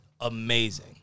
amazing